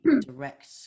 direct